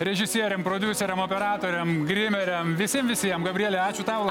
režisieriam prodiuseriam operatoriam grimeriam visiem visiem gabrielė ačiū tau